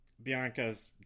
bianca's